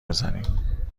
بزنیم